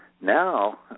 now